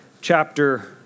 Chapter